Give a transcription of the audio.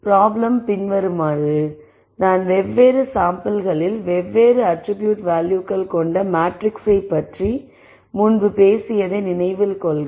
problem பின்வருமாறு நாம் வெவ்வேறு sampleகளில் வெவ்வேறு அட்ரிபியூட் வேல்யூக்கள் கொண்ட மேட்ரிக்ஸைப் பற்றி முன்பு பேசியதை நினைவில் கொள்க